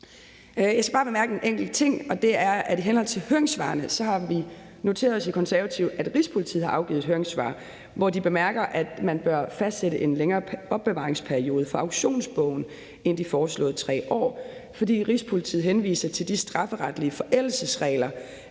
Jeg skal bare bemærke en enkelt ting. Det er, at i henhold til høringssvarene har vi i Konservative noteret os, at Rigspolitiet har afgivet et høringssvar, hvor de bemærker, at man bør fastsætte en længere opbevaringsperiode for auktionsbogen end de foreslåede 3 år, og Rigspolitiet henviser til de strafferetlige forældelsesregler